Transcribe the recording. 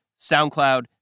SoundCloud